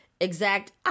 exact